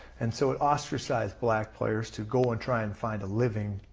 and so it ostracized black players to go and try and find a living,